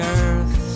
earth